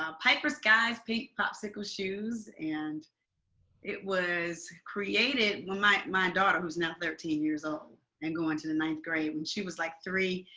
um piper sky's pink popsicle shoes. and it was created when my my daughter, who's now thirteen years old and going the ninth grade, when she was like three.